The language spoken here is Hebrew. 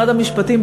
משרד המשפטים,